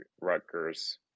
Rutgers